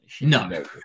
no